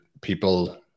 people